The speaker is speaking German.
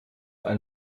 ein